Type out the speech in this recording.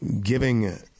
giving